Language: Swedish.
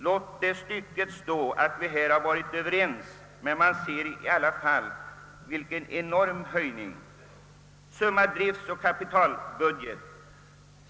Låt vara att vi här varit överens, men man ser i alla fall vilken enorm höjning det rör sig om.